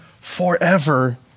forever